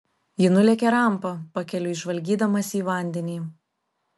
ji nulėkė rampa pakeliui žvalgydamasi į vandenį